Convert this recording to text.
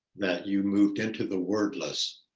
you moved into the wordless.